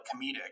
comedic